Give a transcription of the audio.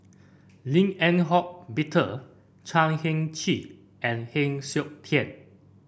Lim Eng Hock Peter Chan Heng Chee and Heng Siok Tian